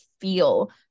feel